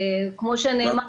כמו שנאמר,